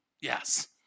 Yes